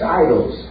idols